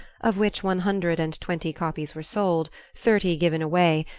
of which one hundred and twenty copies were sold, thirty given away,